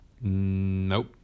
Nope